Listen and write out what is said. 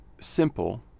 simple